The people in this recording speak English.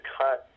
cut